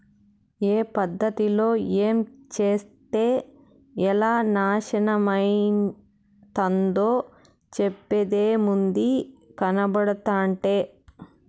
ఏ పద్ధతిలో ఏంచేత్తే ఎలా నాశనమైతందో చెప్పేదేముంది, కనబడుతంటే